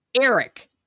Eric